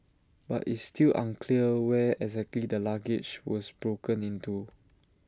but it's still unclear where exactly the luggage was broken into